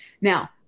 Now